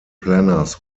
planners